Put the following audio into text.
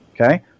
Okay